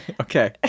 okay